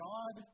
God